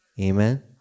Amen